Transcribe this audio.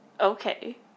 okay